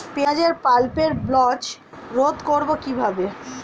পেঁয়াজের purple blotch রোধ করবো কিভাবে?